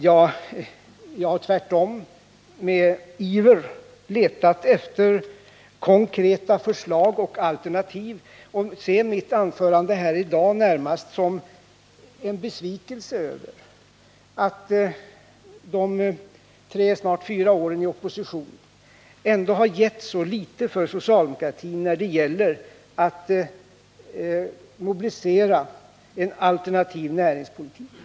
Tvärtom har jag med iver letat efter konkreta förslag och alternativ, och jag ser mitt huvudanförande här i dag närmast som ett uttryck för en besvikelse över att snart fyra år i oppositionsställning ändå har gett socialdemokratin så litet när det gäller att mobilisera en alternativ näringspolitik.